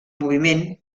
moviment